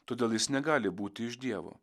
todėl jis negali būti iš dievo